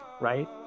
right